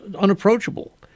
unapproachable